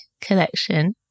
collection